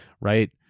right